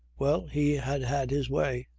well, he had had his way.